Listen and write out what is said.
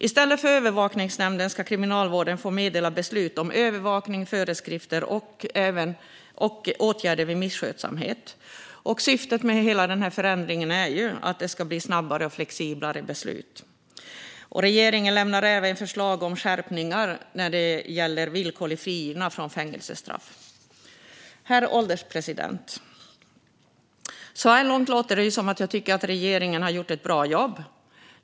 I stället för övervakningsnämnden ska Kriminalvården få meddela beslut om övervakning, föreskrifter och åtgärder vid misskötsamhet. Syftet med hela förändringen är att det ska bli snabbare och flexiblare beslut. Regeringen lämnar även förslag om skärpningar när det gäller villkorligt frigivna från fängelsestraff. Herr ålderspresident! Så här långt låter det som att jag tycker att regeringen har gjort ett bra jobb.